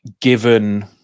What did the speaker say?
given